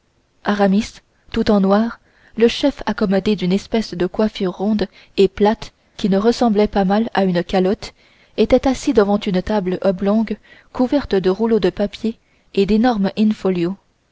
chambre aramis en surtout noir le chef accommodé d'une espèce de coiffure ronde et plate qui ne ressemblait pas mal à une calotte était assis devant une table oblongue couverte de rouleaux de papier et d'énormes in-folio